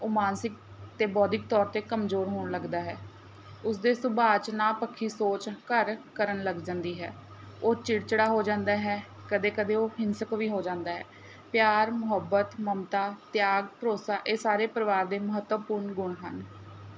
ਉਹ ਮਾਨਸਿਕ ਅਤੇ ਬੌਧਿਕ ਤੌਰ 'ਤੇ ਕਮਜ਼ੋਰ ਹੋਣ ਲੱਗਦਾ ਹੈ ਉਸ ਦੇ ਸੁਭਾਅ 'ਚ ਨਾ ਪੱਖੀ ਸੋਚ ਘਰ ਕਰਨ ਲੱਗ ਜਾਂਦੀ ਹੈ ਉਹ ਚਿੜਚਿੜਾ ਹੋ ਜਾਂਦਾ ਹੈ ਕਦੇ ਕਦੇ ਉਹ ਹਿੰਸਕ ਵੀ ਹੋ ਜਾਂਦਾ ਹੈ ਪਿਆਰ ਮੁਹੱਬਤ ਮਮਤਾ ਤਿਆਗ ਭਰੋਸਾ ਇਹ ਸਾਰੇ ਪਰਿਵਾਰ ਦੇ ਮਹੱਤਵਪੂਰਨ ਗੁਣ ਹਨ